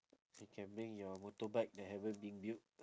you can bring your motorbike that haven't been built